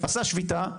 עשו שביתה,